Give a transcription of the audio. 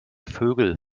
vögel